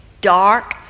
dark